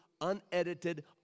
unedited